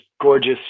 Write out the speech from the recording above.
gorgeous